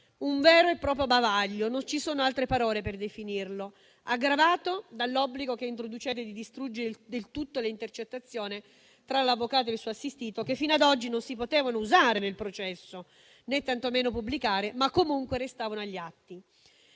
un vero e proprio bavaglio - non ci sono altre parole per definirlo - aggravato dall'obbligo che introducete di distruggere del tutto le intercettazioni tra l'avvocato e il suo assistito, che fino ad oggi non si potevano usare nel processo, né tantomeno pubblicare, ma comunque restavano agli atti.